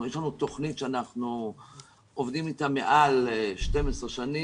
גם המועצה הלאומית לשלום הילד,